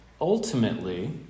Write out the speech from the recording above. ultimately